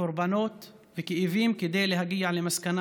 קורבנות וכאבים כדי להגיע למסקנה